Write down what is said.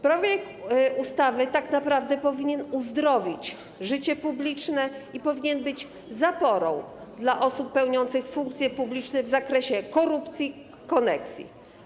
Projekt ustawy tak naprawdę powinien uzdrowić życie publiczne i powinien być zaporą dla osób pełniących funkcje publiczne w zakresie korupcji i koneksji.